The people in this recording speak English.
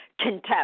contempt